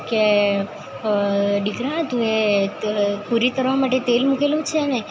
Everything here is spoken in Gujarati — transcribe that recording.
કે દીકરા તેં પૂરી કરવા માટે તેલ મૂકેલું છેને